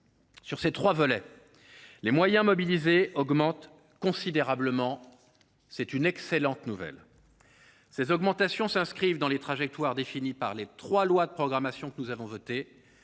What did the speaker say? Sur ces trois volets, les moyens mobilisés augmentent considérablement. C’est une excellente nouvelle. Ces augmentations s’inscrivent dans les trajectoires définies par les trois lois de programmation que nous avons votées,